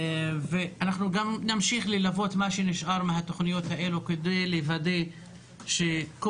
אנחנו נמשיך ללוות את מה שנשאר מהתוכניות האלה כדי לוודא שכל